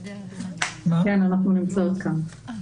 אנחנו נמצאות כאן,